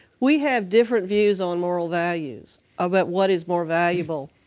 we have different views on moral values, about what is more valuable.